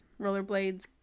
rollerblades